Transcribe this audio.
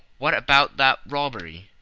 what about that robbery?